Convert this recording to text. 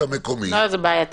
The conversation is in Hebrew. גם אם זה יהיה